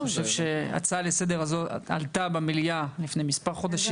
ההצעה לסדר הזו עלתה במליאה לפני מספר חודשים.